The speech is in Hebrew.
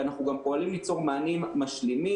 אנחנו גם פועלים ליצור מענים משלימים